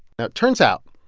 now, it turns out,